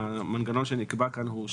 שהמנגנון שנקבע כאן מדבר על כך